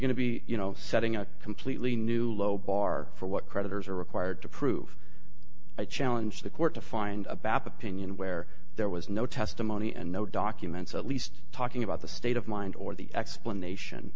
going to be you know setting a completely new low bar for what creditors are required to prove i challenge the court to find a bath opinion where there was no testimony and no documents at least talking about the state of mind or the explanation